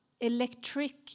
electric